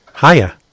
Hiya